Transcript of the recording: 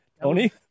Tony